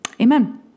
amen